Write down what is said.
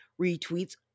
retweets